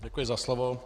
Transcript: Děkuji za slovo.